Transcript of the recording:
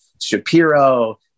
Shapiro